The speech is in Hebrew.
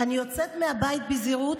אני יוצאת מהבית בזהירות,